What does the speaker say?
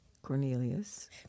Cornelius